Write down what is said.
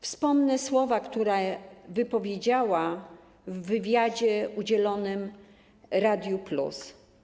Wspomnę słowa, które wypowiedziała w wywiadzie udzielonym Radiu Plus.